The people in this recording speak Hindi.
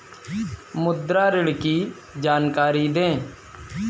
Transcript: मुद्रा ऋण की जानकारी दें?